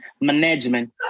management